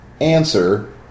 answer